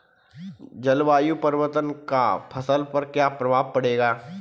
जलवायु परिवर्तन का फसल पर क्या प्रभाव पड़ेगा?